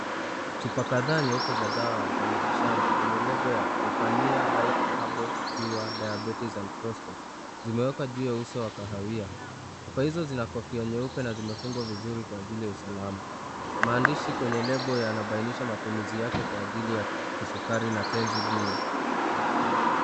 Chupa kadhaa nyeupe za dawa za miti shamba zenye lebo la Zepahnia Life Herbal Cure Diabetes and Prostate zimewekwa juu ya uso wa kahawia. Chupa hizo zina kofia nyeupe na zimefungwa vizuri kwa ajili ya usalama. Maandishi kwenye lebo yanabainisha matumizi yake kwa ajili ya kisukari na tenzi dume.